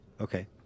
Okay